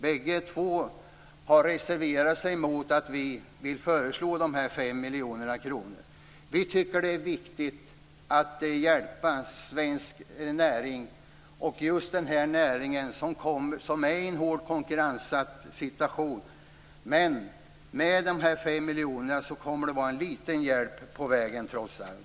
Bägge två har reserverat sig mot att vi vill föreslå de här 5 miljoner kronorna. Vi tycker att det är viktigt att hjälpa svensk näring, just den här näringen som befinner sig i en hård konkurrenssituation. Men de här 5 miljonerna kommer att vara en liten hjälp på vägen, trots allt.